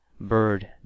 Bird